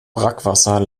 brackwasser